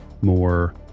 more